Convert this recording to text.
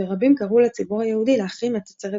ורבים קראו לציבור היהודי להחרים את תוצרת גרמניה.